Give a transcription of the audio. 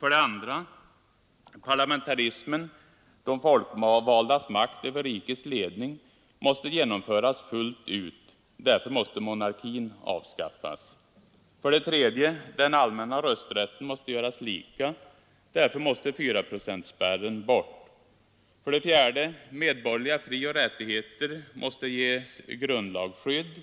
2. Parlamentarismen, de folkvaldas makt över rikets ledning, måste genomföras fullt ut. Därför måste monarkin avskaffas. 3. Den allmänna rösträtten måste göras lika. Därför måste 4-procentsspärren bort. 4. Medborgerliga frioch rättigheter måste ges grundlagsskydd.